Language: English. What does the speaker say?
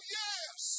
yes